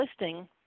listing